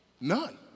None